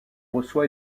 reçoit